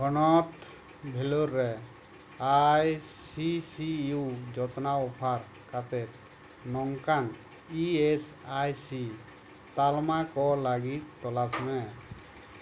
ᱦᱚᱱᱚᱛ ᱵᱷᱮᱞᱳᱨ ᱨᱮ ᱟᱭ ᱥᱤ ᱥᱤ ᱭᱩ ᱡᱚᱛᱚᱱᱟᱣ ᱳᱯᱷᱟᱨ ᱠᱟᱛᱮ ᱱᱚᱝᱠᱟᱱ ᱤ ᱮᱥ ᱟᱭ ᱥᱤ ᱛᱟᱞᱢᱟ ᱠᱚ ᱞᱟᱹᱜᱤᱫ ᱛᱚᱞᱟᱥ ᱢᱮ